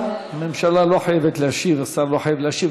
הממשלה לא חייבת להשיב, השר לא חייב להשיב.